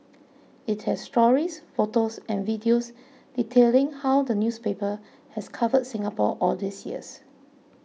it has stories photos and videos detailing how the newspaper has covered Singapore all these years